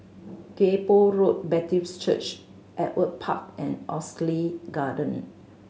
Kay Poh Road Baptist Church Ewart Park and Oxley Garden